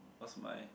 what's my